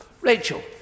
Rachel